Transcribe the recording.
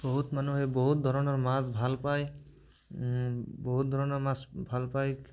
বহুত মানুহে বহুত ধৰণৰ মাছ ভাল পায় বহুত ধৰণৰ মাছ ভাল পায়